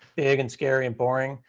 big and scary and boring.